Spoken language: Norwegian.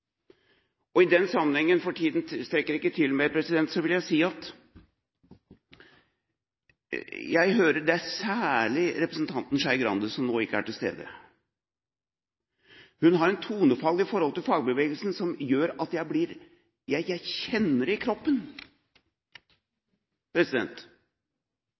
strekker ikke til, men i denne sammenheng vil jeg si at jeg hører – særlig fra representanten Skei Grande, som nå ikke er til stede – et tonefall i forhold til fagbevegelsen som gjør at jeg kjenner det i kroppen.